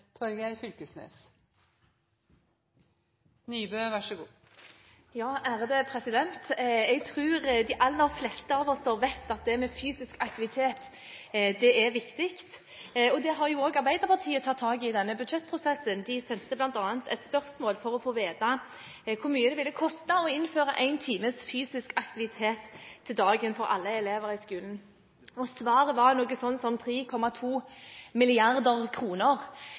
viktig. Det har også Arbeiderpartiet tatt tak i i denne budsjettprosessen. De sendte bl.a. et spørsmål for å få vite hvor mye det ville koste å innføre én times fysisk aktivitet om dagen for alle elever i skolen, og svaret var noe sånt som 3,2